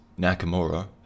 Nakamura